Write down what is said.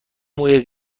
موی